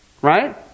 Right